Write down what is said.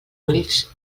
ulls